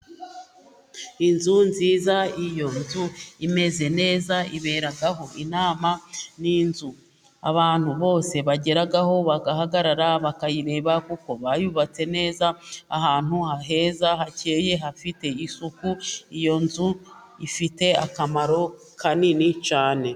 Inzu nziza, iyo nzu imeze neza iberaho inama, n'inzu abantu bose bageraho bagahagarara bakayireba kuko bayubatse neza ahantu heza hakeye hafite isuku, iyo nzu ifite akamaro kanini cyane.